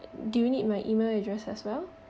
do you need my email address as well